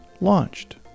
launched